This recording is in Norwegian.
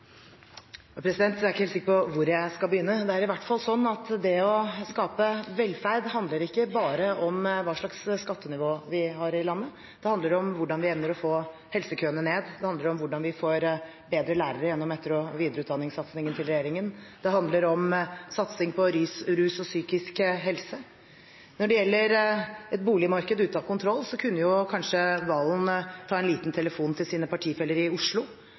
Jeg er ikke helt sikker på hvor jeg skal begynne. Det er i hvert fall slik at det å skape velferd handler ikke bare om hva slags skattenivå vi har i landet. Det handler om hvordan vi evner å få helsekøene ned. Det handler om hvordan vi får bedre lærere gjennom etter- og videreutdanningssatsingen til regjeringen. Det handler om satsing innen rus og psykisk helse. Når det gjelder et boligmarked ute av kontroll, kunne kanskje Valen ta en liten telefon til sine partifeller i Oslo.